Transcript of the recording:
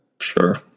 Sure